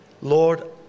Lord